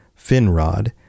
Finrod